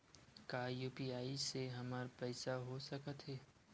का यू.पी.आई से हमर पईसा हो सकत हे?